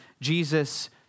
Jesus